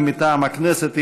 אם מטעם הכנסת,